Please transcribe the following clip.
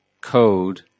code